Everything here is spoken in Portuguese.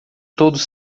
todos